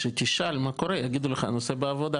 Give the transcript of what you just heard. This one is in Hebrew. שכשתשאל מה קורה, יגידו לך: הנושא בעבודה.